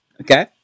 Okay